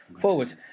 forward